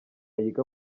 yiga